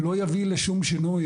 לא יביא לשום שינוי.